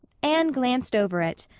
anne glanced over it,